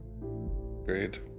Great